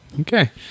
Okay